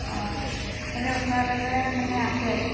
অঁ এনেই ওচৰে পাজৰে মানে আছে